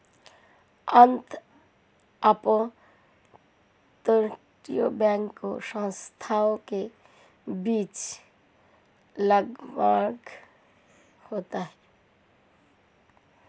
अन्य अपतटीय बैंकिंग संस्थानों के बीच लक्ज़मबर्ग, हांगकांग और लेबनान में बैंकिंग गोपनीयता प्रचलित है